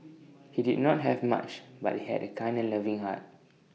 he did not have much but he had A kind and loving heart